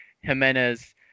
jimenez